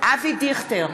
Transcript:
אבי דיכטר,